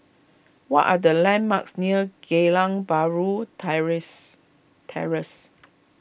what are the landmarks near Geylang Bahru Terrace Terrace